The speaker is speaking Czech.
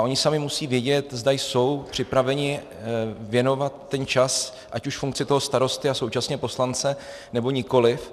Oni sami musí vědět, zda jsou připraveni věnovat ten čas ať už funkci toho starosty a současně poslance, nebo nikoliv.